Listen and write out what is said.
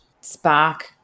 spark